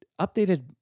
updated